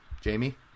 Jamie